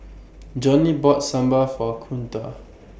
Johnny bought Sambar For Kunta